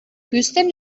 küsten